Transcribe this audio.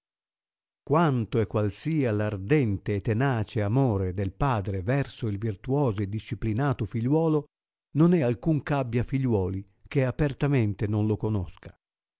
quanto e qual sia l'ardente tenace amore del padre verso il virtuoso e disciplinato figliuolo non è alcun eh abbia figliuoli che apertamente non lo conosca